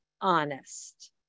honest